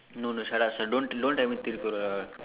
no no shut up don't don't tell me Thirukkural all